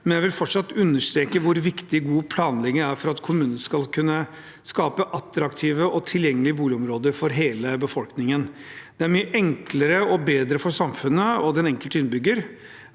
Men jeg vil fortsatt understreke hvor viktig god planlegging er for at kommunen skal kunne skape attraktive og tilgjengelige boligområder for hele befolkningen. Det er mye enklere og bedre for samfunnet og den enkelte innbygger,